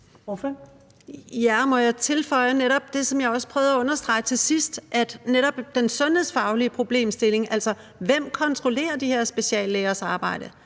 (SF): Må jeg tilføje det, som jeg også prøvede at understrege til sidst, netop i forhold til den sundhedsfaglige problemstilling: Altså, hvem kontrollerer de her speciallægers arbejde?